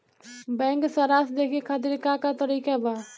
Bank सराश देखे खातिर का का तरीका बा?